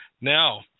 Now